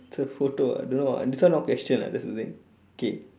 it's a photo ah don't know ah this one not question ah that's the thing K